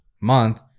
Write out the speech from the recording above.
month